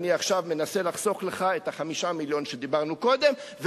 אני עכשיו מנסה לחסוך לך את 5 המיליון שדיברו עליהם קודם,